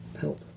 help